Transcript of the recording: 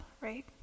right